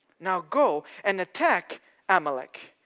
now go and attack amalek,